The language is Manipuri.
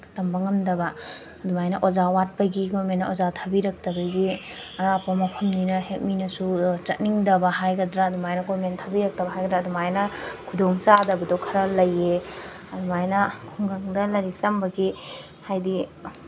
ꯇꯝꯕ ꯉꯝꯗꯕ ꯑꯗꯨꯃꯥꯏꯅ ꯑꯣꯖꯥ ꯋꯥꯠꯄꯒꯤ ꯒꯣꯔꯃꯦꯟꯅ ꯑꯣꯖꯥ ꯊꯥꯕꯤꯔꯛꯇꯕꯒꯤ ꯑꯔꯥꯞꯄ ꯃꯐꯝꯅꯤꯅ ꯍꯦꯛ ꯃꯤꯅꯁꯨ ꯆꯠꯅꯤꯡꯗꯕ ꯍꯥꯏꯒꯗ꯭ꯔꯥ ꯑꯗꯨꯃꯥꯏꯅ ꯒꯣꯔꯃꯦꯟꯅ ꯊꯥꯕꯤꯔꯛꯇꯕ ꯍꯥꯏꯒꯗ꯭ꯔꯥ ꯑꯗꯨꯃꯥꯏꯅ ꯈꯨꯗꯣꯡꯆꯥꯗꯕꯗꯣ ꯈꯔ ꯂꯩꯌꯦ ꯑꯗꯨꯃꯥꯏꯅ ꯈꯨꯡꯒꯪꯗ ꯂꯥꯏꯔꯤꯛ ꯇꯝꯕꯒꯤ ꯍꯥꯏꯗꯤ